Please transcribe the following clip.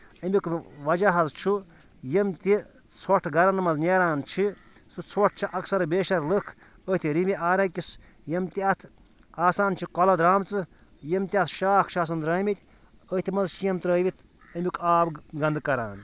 اَمیُک وَجہ حظ چھُ یِم تہِ ژھۄٹھ گَرَن منٛز نیران چھِ سُہ ژھۄٹھ چھِ اَکثَر بیشر لٕکھ أتھۍ ریٚمہِ آرِس یِم تہِ اَتھ آسان چھِ کۄلہٕ درٛامژٕ یِم تہِ اَتھ شاکھ چھِ آسان درٛٲمٕتۍ أتھۍ منٛز چھِ یِم ترٛٲوِتھ اَمیُک آب گَنٛدٕ کَران